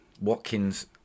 Watkins